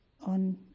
on